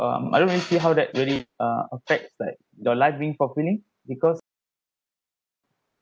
um I don't really see how that really uh affects like your life being fulfilling because